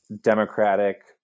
democratic